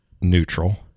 neutral